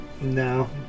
No